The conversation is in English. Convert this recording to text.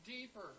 deeper